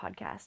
podcast